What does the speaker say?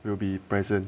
will be present